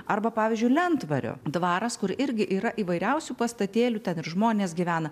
arba pavyzdžiui lentvario dvaras kur irgi yra įvairiausių pastatėlių ten ir žmonės gyvena